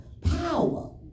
power